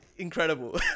incredible